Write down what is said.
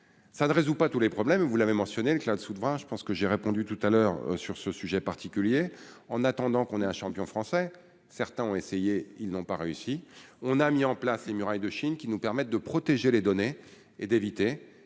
ça ne résout pas tous les problèmes, vous l'avez mentionné clin devra je pense que j'ai répondu tout à l'heure sur ce sujet particulier en attendant qu'on ait un champion français, certains ont essayé, ils n'ont pas réussi, on a mis en place les murailles de Chine qui nous permettent de protéger les données et d'éviter